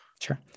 Sure